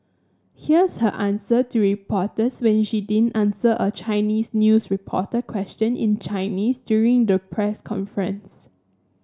here's her answer to reporters when she didn't answer a Chinese news reporter question in Chinese during the press conference